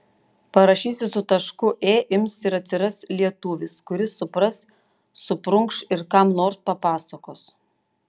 parašysi su tašku ė ims ir atsiras lietuvis kuris supras suprunkš ir kam nors papasakos